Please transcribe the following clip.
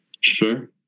Sure